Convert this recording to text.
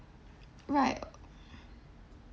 right